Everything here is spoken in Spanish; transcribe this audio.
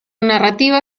narrativa